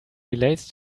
relates